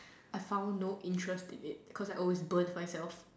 I found no interest in it cause I always burnt myself